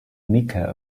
mica